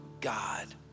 God